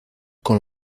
con